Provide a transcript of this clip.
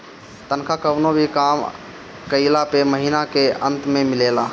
तनखा कवनो भी काम कइला पअ महिना के अंत में मिलेला